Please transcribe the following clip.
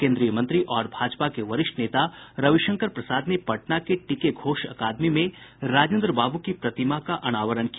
केन्द्रीय मंत्री और भाजपा के वरिष्ठ नेता रविशंकर प्रसाद ने पटना के टीके घोष अकादमी में राजेन्द्र बाबू की प्रतिमा का अनावरण किया